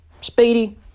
Speedy